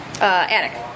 attic